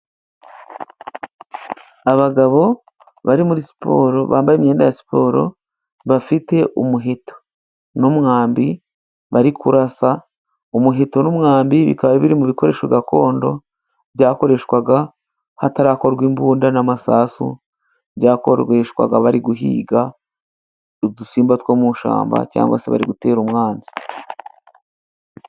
Abagabo bari muri siporo bambaye imyenda ya siporo, bafite umuheto n'umwambi bari kurasa, umuheto n'umwambi bikaba biri mu bikoresho gakondo, byakoreshwaga hatarakorwa imbunda n'amasasu. Byakoreshwaga bari guhiga udusimba two mu ishyamba cyangwag se bari gutera umwanzi.